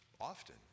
often